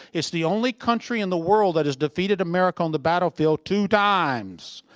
it's the only country in the world that has defeated america on the battlefield two times.